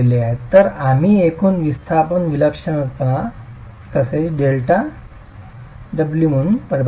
तर आम्ही एकूण विस्थापन विलक्षणपणा तसेच डेल्टा ω म्हणून परिभाषित केले